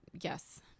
yes